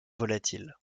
volatil